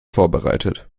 vorbereitet